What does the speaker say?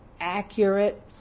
accurate